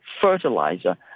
fertilizer